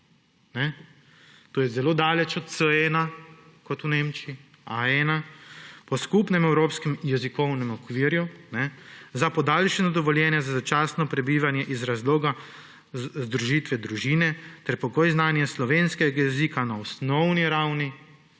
To je zelo daleč od C1, kot je v Nemčiji. A1! »… po skupnem evropskem jezikovnem okvirju za podaljšanje dovoljenja za začasno prebivanje iz razloga združitve družine ter pogoj znanje slovenskega jezika na osnovni ravni